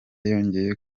yongeye